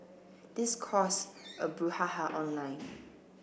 this cause a brouhaha online